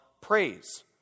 praise